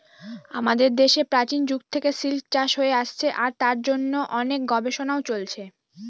আমাদের দেশে প্রাচীন যুগ থেকে সিল্ক চাষ হয়ে আসছে আর তার জন্য অনেক গবেষণাও চলছে